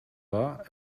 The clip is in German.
war